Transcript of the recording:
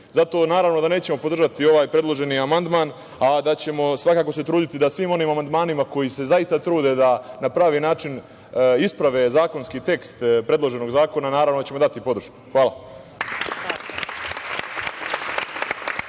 Zato, naravno, da nećemo podržati ovaj predloženi amandman, a da ćemo svakako se truditi da svim onim amandmanima kojima se zaista trude da na pravi način isprave zakonski tekst predloženog zakona naravno da ćemo dati podršku. Hvala.